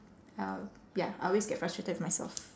I al~ ya I always get frustrated with myself